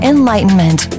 Enlightenment